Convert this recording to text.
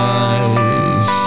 eyes